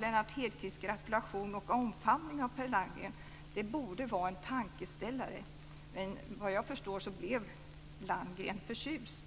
Lennart Hedquists gratulation och omfamning av Per Landgren borde vara en tankeställare. Men såvitt jag förstod blev Landgren förtjust.